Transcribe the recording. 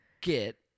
get